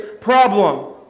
problem